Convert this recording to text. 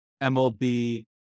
MLB